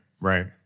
right